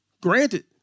granted